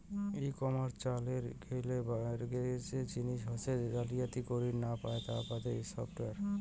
ই commerce চালের গেইলে গরোজের জিনিস হসে জালিয়াতি করির না পায় তার বাদে সফটওয়্যার